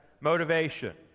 Motivation